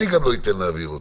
אני לא אתן להעביר אותו.